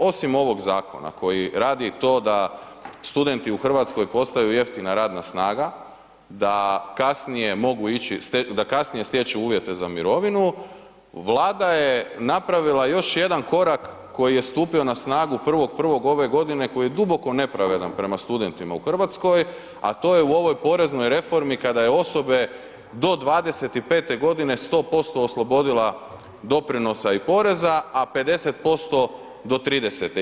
Osim ovog zakona koji radi to da studenti u Hrvatskoj postaju jeftina radna snaga, da kasnije stječu uvjete za mirovinu, Vlada je napravila još jedan korak koji je stupio na snagu 1.1. ove godine koji je duboko nepravedan prema studentima u Hrvatskoj a to je u ovoj poreznoj reformi kada je osoba do 25-te godine 100% oslobodila doprinosa i poreza a 50% do 30-te.